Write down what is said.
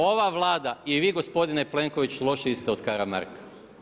Ova Vlada i vi gospodine Plenković lošiji ste od Karamarka.